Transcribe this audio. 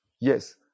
yes